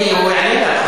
אדוני היושב-ראש,